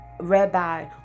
rabbi